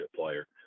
player